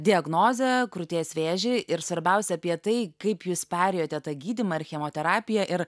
diagnozę krūties vėžį ir svarbiausia apie tai kaip jūs perėjote tą gydymą ir chemoterapiją ir